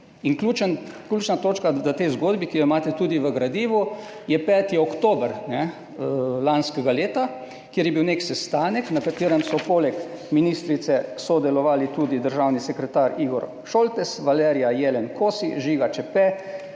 In ključna točka v tej zgodbi, ki jo imate tudi v gradivu, je 5. oktober lanskega leta, kjer je bil nek sestanek na katerem so poleg ministrice sodelovali tudi državni sekretar Igor Šoltes, Valerija Jelen Kosi, Žiga Čepe,